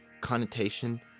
connotation